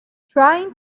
trying